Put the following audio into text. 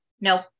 no